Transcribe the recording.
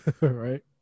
Right